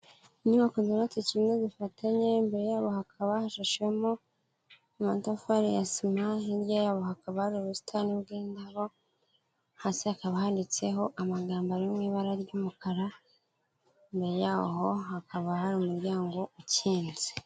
Inyubako zubatse kimwe zifatanye, imbere yaho hakaba hashashemo amatafari ya sima, hirya yaho hakaba hari ubusitani bw'indabo, hasi hakaba handitseho amagambo ari mu ibara ry'umukara, imbere yaho hakaba hari umuryango ukinze.